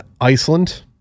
Iceland